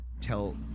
tell